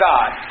God